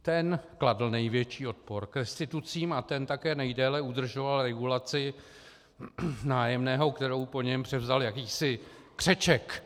Ten kladl největší odpor restitucím a ten také nejdéle udržoval regulaci nájemného, kterou po něm převzal jakýsi Křeček.